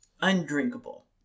undrinkable